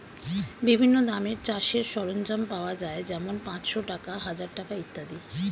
বিভিন্ন দামের চাষের সরঞ্জাম পাওয়া যায় যেমন পাঁচশ টাকা, হাজার টাকা ইত্যাদি